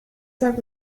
cinq